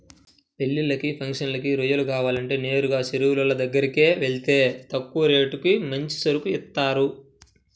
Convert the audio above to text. పెళ్ళిళ్ళకి, ఫంక్షన్లకి రొయ్యలు కావాలంటే నేరుగా చెరువులోళ్ళ దగ్గరకెళ్తే తక్కువ రేటుకి మంచి సరుకు ఇత్తారు